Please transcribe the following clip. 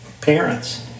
parents